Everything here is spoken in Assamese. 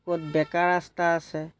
ক'ত বেকা ৰাস্তা আছে